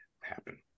happen